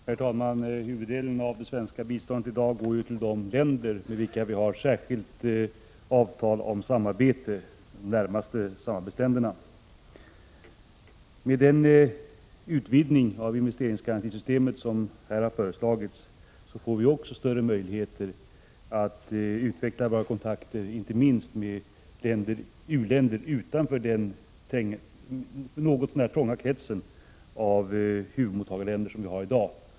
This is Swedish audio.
Herr talman! Huvuddelen av det svenska biståndet går i dag till de länder med vilka vi har särskilt avtal om samarbete. Med den utvidgning av investeringsgarantisystemet som här har föreslagits får vi större möjligheter att utveckla våra kontakter, inte minst med u-länder utanför den något trånga krets av huvudmottagarländer som vi i dag har.